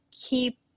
keep